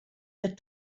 der